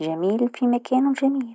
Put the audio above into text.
جميل في مكانو الجميل.